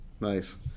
nice